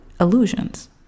illusions